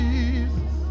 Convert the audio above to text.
Jesus